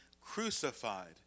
crucified